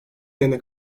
ayına